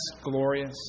glorious